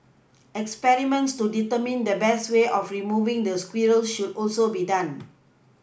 experiments to determine the best way of removing the squirrels should also be done